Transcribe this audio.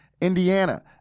Indiana